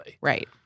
right